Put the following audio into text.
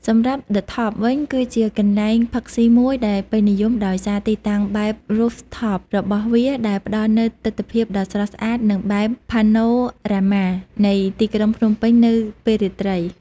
សម្រាប់ ឌឹ ថប់ (The Top) វិញ គឺជាកន្លែងផឹកស៊ីមួយដែលពេញនិយមដោយសារទីតាំងបែប រ៉ូហ្វថប (Rooftop) របស់វា ដែលផ្ដល់នូវទិដ្ឋភាពដ៏ស្រស់ស្អាត និងបែប ផាណូរ៉ាម៉ា (Panorama) នៃទីក្រុងភ្នំពេញនៅពេលរាត្រី។